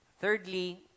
Thirdly